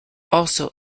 also